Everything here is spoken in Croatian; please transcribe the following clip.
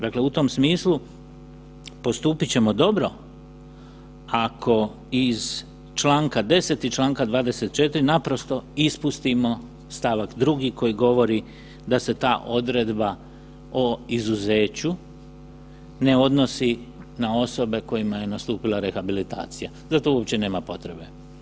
Dakle, u tom smislu postupit ćemo dobro ako iz čl. 10. i čl. 24. naprosto ispustimo st. 2. koji govori da se ta odredba o izuzeću ne odnosi na osobe kojima je nastupila rehabilitacija, za to uopće nema potrebe.